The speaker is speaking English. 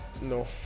No